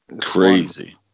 crazy